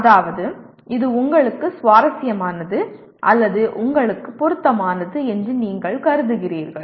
அதாவது இது உங்களுக்கு சுவாரஸ்யமானது அல்லது உங்களுக்கு பொருத்தமானது என்று நீங்கள் கருதுகிறீர்கள்